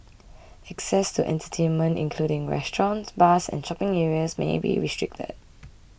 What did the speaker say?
access to entertainment including restaurants bars and shopping areas may be restricted